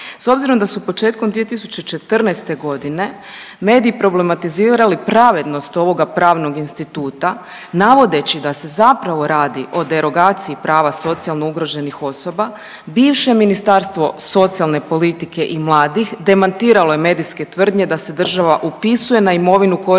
S obzirom da su početkom 2014.g. mediji problematizirali pravednost ovoga pravnog instituta navodeći da se zapravo radi o derogaciji prava socijalno ugroženih osoba bivše Ministarstvo socijalne politike i mladih demantiralo je medijske tvrdnje da se država upisuje na imovinu korisnika